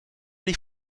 die